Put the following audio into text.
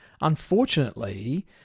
unfortunately